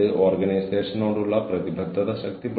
എനിക്കറിയില്ല അത് നടക്കുമോ എന്ന്